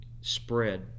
spread